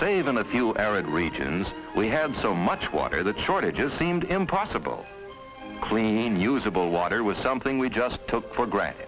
save in a few arid regions we had so much water that shortages seemed impossible clean usable water was something we just took for granted